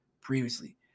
previously